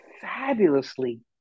fabulously